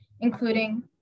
including